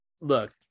look